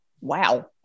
wow